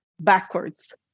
backwards